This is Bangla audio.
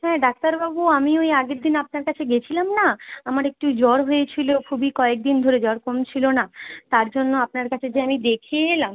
হ্যাঁ ডাক্তারবাবু আমি ওই আগের দিন আপনার কাছে গেছিলাম না আমার একটু জ্বর হয়েছিল খুবই কয়েকদিন ধরে জ্বর কমছিল না তার জন্য আপনার কাছে যে আমি দেখিয়ে এলাম